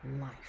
life